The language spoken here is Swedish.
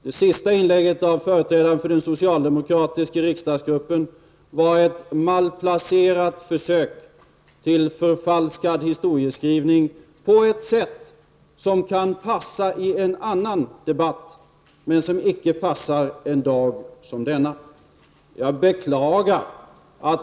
Det senaste inlägget från företrädaren för den socialdemokratiska riksdagsgruppen var ett malplacerat försök till förfalskad historieskrivning — som kan passa i en annan debatt men som icke passar en dag som denna.